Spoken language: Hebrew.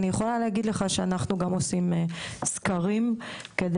ואני יכולה להגיד לך שאנחנו גם עושים סקרים כדי